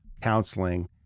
counseling